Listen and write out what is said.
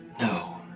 No